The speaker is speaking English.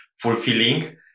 fulfilling